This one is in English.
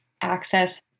access